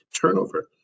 turnover